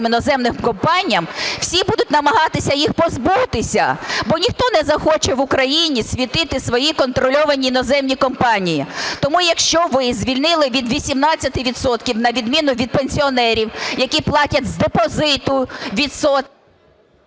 іноземним компаніям всі будуть намагатися їх позбутися, бо ніхто не захоче в Україні світити свої контрольовані іноземні компанії. Тому якщо ви звільнили від 18 відсотків на відміну від пенсіонерів, які платять з депозиту…